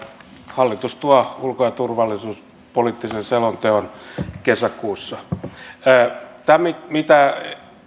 hallitus tuo ulko ja turvallisuuspoliittisen selonteon kesäkuussa tämä mitä